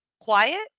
quiet